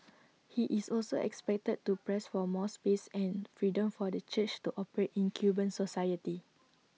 he is also expected to press for more space and freedom for the church to operate in Cuban society